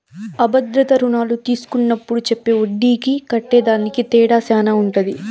అ భద్రతా రుణాలు తీస్కున్నప్పుడు చెప్పే ఒడ్డీకి కట్టేదానికి తేడా శాన ఉంటది